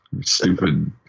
Stupid